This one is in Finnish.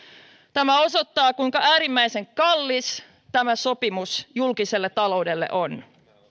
tämä osoittaa kuinka äärimmäisen kallis tämä sopimus julkiselle taloudelle on